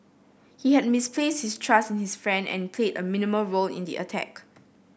he had misplaced his trust in his friend and played a minimal role in the attack